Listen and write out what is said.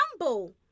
humble